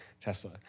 Tesla